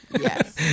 Yes